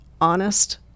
honest